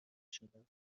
شدند